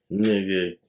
Nigga